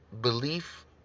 belief